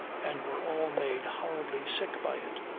and were all made horribly sick by it.